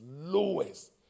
lowest